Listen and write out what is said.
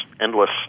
endless